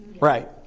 right